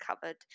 covered